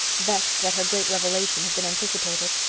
vexed that her great revelation had been anticipated.